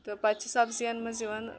تہٕ پَتہ چھ سبزین منٛز یِوان